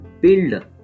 Build